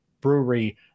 Brewery